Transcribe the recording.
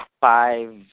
five